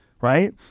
right